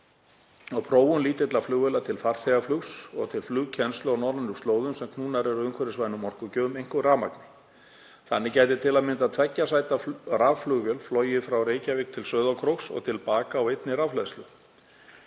og prófun lítilla flugvéla til farþegaflugs og til flugkennslu á norrænum slóðum sem knúnar eru umhverfisvænum orkugjöfum, einkum rafmagni. Þannig gæti til að mynda tveggja sæta rafflugvél flogið frá Reykjavík til Sauðárkróks og til baka á einni rafhleðslu.